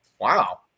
wow